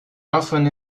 often